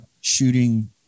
shooting